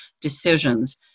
decisions